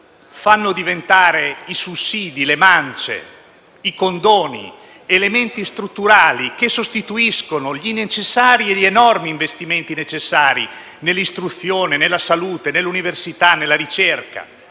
fanno diventare i sussidi, le mance, i condoni, elementi strutturali che sostituiscono gli enormi investimenti necessari nell'istruzione, nella salute, nell'università e nella ricerca.